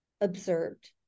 observed